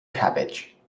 cabbage